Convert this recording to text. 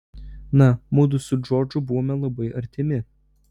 na mudu su džordžu buvome labai artimi